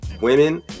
women